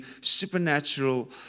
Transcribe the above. supernatural